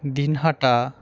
Dinhata